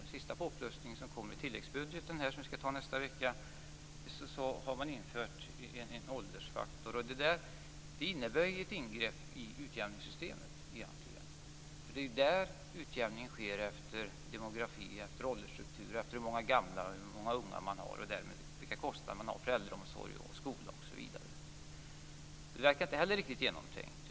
I den sista påplussningen, som kom i tilläggsbudgeten som vi skall anta nästa vecka, har man infört en åldersfaktor. Det innebär egentligen ett ingrepp i utjämningssystemet. I utjämningen går man ju efter demografi, åldersstruktur, efter hur många gamla och hur många unga det finns och vilka kostnader man därmed har för äldreomsorg, skola osv. Det verkar inte heller riktigt genomtänkt.